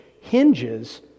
hinges